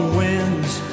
winds